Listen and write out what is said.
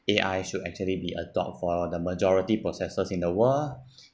A_I should actually be adopt for the majority processes in the world